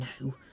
no